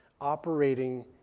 operating